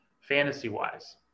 Fantasy-wise